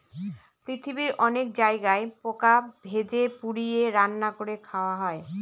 পৃথিবীর অনেক জায়গায় পোকা ভেজে, পুড়িয়ে, রান্না করে খাওয়া হয়